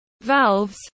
valves